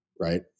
right